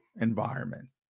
environment